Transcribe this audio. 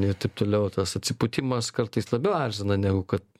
ir taip toliau tas atsipūtimas kartais labiau erzina negu kad